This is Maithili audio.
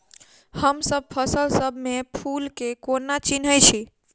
हमसब फसल सब मे फूल केँ कोना चिन्है छी?